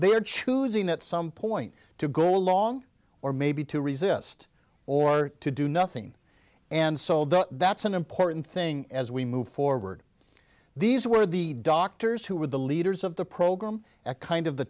they are choosing at some point to go along or maybe to resist or to do nothing and so that that's an important thing as we move forward these were the doctors who were the leaders of the program kind of the